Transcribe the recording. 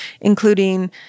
including